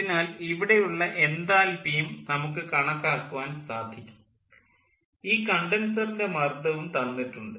അതിനാൽ ഇവിടെയുള്ള എൻതാൽപ്പിയും നമുക്ക് കണക്കാക്കുവാൻ സാധിക്കും ഈ കണ്ടൻസറിൻ്റെ മർദ്ദവും തന്നിട്ടുണ്ട്